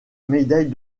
médaille